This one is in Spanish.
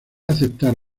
aceptar